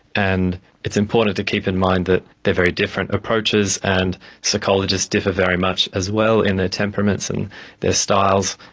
and it's important to keep in mind that they are very different approaches, and psychologists differ very much as well in their temperaments and their styles.